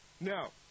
Now